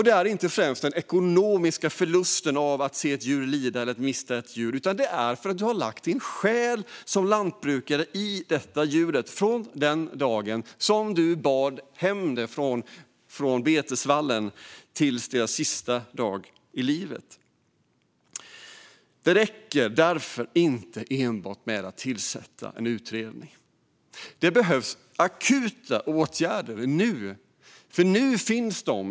Det är inte främst den ekonomiska förlusten som känns när man ser ett djur lida eller när man mister ett djur, utan det är för att man som lantbrukare har lagt sin själ i detta djur från den dag då man bar hem det från betesvallen till djurets sista dag i livet. Det räcker därför inte enbart att tillsätta en utredning. Det behövs akuta åtgärder nu. Lantbrukarna finns nu.